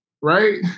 right